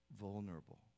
vulnerable